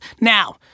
Now